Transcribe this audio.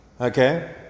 Okay